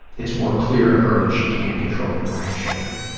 it's more clear to her that she can't control her grandchildren.